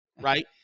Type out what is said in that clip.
right